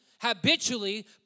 habitually